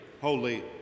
Holy